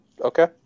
Okay